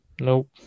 Nope